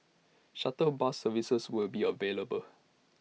shuttle bus services will be available